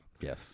Yes